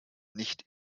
nicht